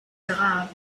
grave